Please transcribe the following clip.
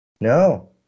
No